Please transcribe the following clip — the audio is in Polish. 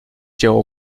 dzieło